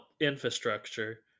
infrastructure